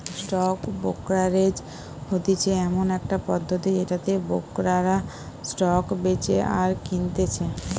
stock brokerage হতিছে এমন একটা পদ্ধতি যেটাতে ব্রোকাররা স্টক বেচে আর কিনতেছে